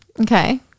Okay